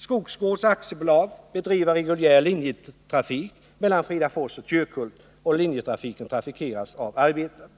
Skogsgårdhs AB bedriver reguljär linjetrafik mellan Fridafors och Kyrkhult, och linjen trafikeras av arbetare.